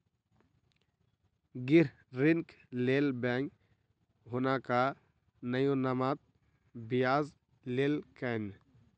गृह ऋणक लेल बैंक हुनका न्यूनतम ब्याज लेलकैन